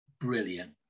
brilliant